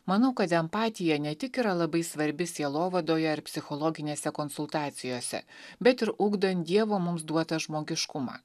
manau kad empatija ne tik yra labai svarbi sielovadoje ir psichologinėse konsultacijose bet ir ugdant dievo mums duotą žmogiškumą